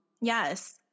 yes